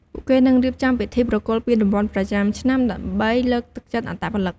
ពួកគេនឹងរៀបចំពិធីប្រគល់ពានរង្វាន់ប្រចាំឆ្នាំដើម្បីលើកទឹកចិត្តអត្តពលិក។